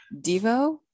devo